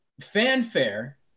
fanfare